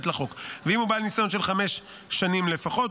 ואם הוא בעל ניסיון של חמש שנים לפחות,